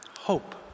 hope